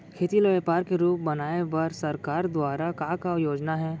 खेती ल व्यापार के रूप बनाये बर सरकार दुवारा का का योजना हे?